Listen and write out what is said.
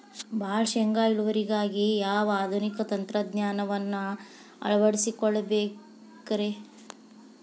ಭಾಳ ಶೇಂಗಾ ಇಳುವರಿಗಾಗಿ ಯಾವ ಆಧುನಿಕ ತಂತ್ರಜ್ಞಾನವನ್ನ ಅಳವಡಿಸಿಕೊಳ್ಳಬೇಕರೇ?